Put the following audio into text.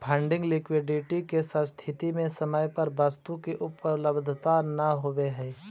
funding liquidity के स्थिति में समय पर वस्तु के उपलब्धता न होवऽ हई